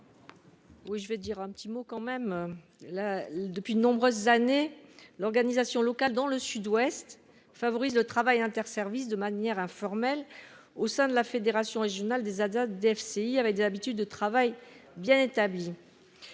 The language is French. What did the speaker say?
l'amendement n° 33 rectifié. Depuis de nombreuses années, l'organisation locale dans le Sud-Ouest favorise le travail interservices de manière informelle au sein de la Fédération régionale des ASA de DFCI, avec des habitudes de travail bien établies.